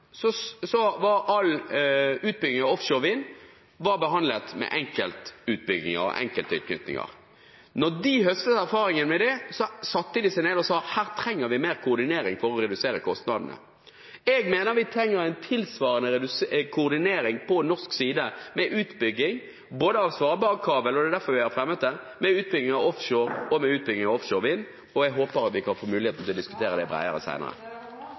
var all utbygging av offshorevind behandlet som enkeltutbygginger og enkelttilknytninger. Etter at de høstet erfaring av det, satte de seg ned og sa at her trenger vi mer koordinering for å redusere kostnadene. Jeg mener vi trenger en tilsvarende koordinering på norsk side med utbygging både av Svalbardkabelen – det er derfor vi har fremmet den – og av offshorevind, og jeg håper at vi kan få muligheten til å diskutere